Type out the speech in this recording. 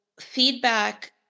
feedback